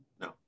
No